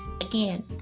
again